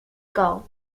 goal